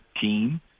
team